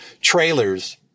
trailers